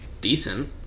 decent